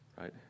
right